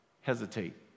hesitate